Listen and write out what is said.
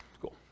cool